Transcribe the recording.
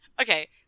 Okay